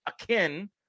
akin